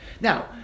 now